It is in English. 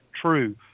true